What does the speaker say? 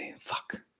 Fuck